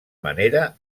manera